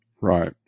Right